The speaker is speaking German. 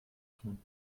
tun